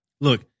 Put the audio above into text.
look